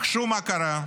נחשו מה קרה?